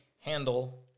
handle